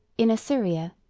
in assyria,